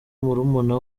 murumuna